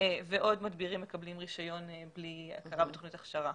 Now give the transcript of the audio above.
ועוד מדבירים מקבלים רישיון בלי הכרה בתוכנית הכשרה.